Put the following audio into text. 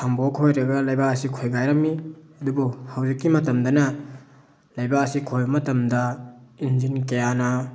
ꯁꯝꯕꯣꯛ ꯈꯣꯏꯔꯒ ꯂꯩꯕꯥꯛ ꯑꯁꯤ ꯈꯣꯏꯒꯥꯏꯔꯝꯃꯤ ꯑꯗꯨꯕꯨ ꯍꯧꯖꯤꯛꯀꯤ ꯃꯇꯝꯗꯅ ꯂꯩꯕꯥꯛ ꯑꯁꯤ ꯈꯣꯏꯕ ꯃꯇꯝꯗ ꯏꯟꯖꯤꯟ ꯀꯌꯥꯅ